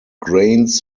grains